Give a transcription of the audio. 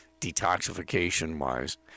detoxification-wise